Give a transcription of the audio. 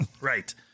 Right